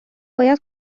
باید